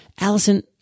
Allison